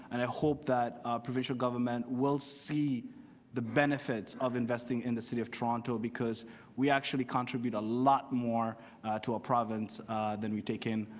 and i hope that provincial government will see the benefits of investing in the city of toronto. because we actually contribute a lot more to a province than we take in.